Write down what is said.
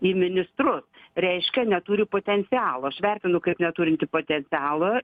į ministrus reiškia neturi potencialo aš vertinu kaip neturintį potencialo